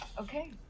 Okay